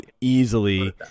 easily